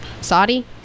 Saudi